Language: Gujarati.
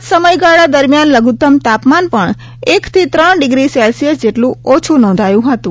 આજ સમયગાળા દરમિયાન લઘુત્તમ તાપમાન પણ એકથી ત્રણ ડિગ્રી જેટલું ઓછું નોંધાયું હતું